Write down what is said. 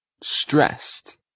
Stressed